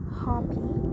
happy